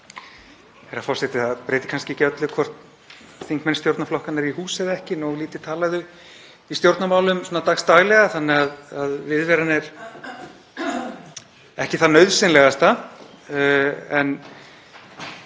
Herra forseti. Það breytir kannski ekki öllu hvort þingmenn stjórnarflokkanna eru í húsi eða ekki, nógu lítið tala þau í stjórnarmálum svona dags daglega þannig að viðveran er ekki það nauðsynlegasta.